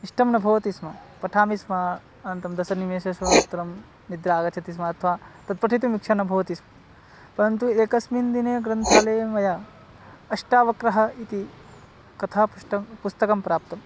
इष्टं न भवति स्म पठामि स्म अनन्तरं दशनिमेषेषु उत्तरं निद्रा आगच्छति स्म अथवा तत् पठितुम् इच्छा न भवति स् परन्तु एकस्मिन् दिने ग्रन्थालये मया अष्टावक्रः इति कथापुष्टं पुस्तकं प्राप्तं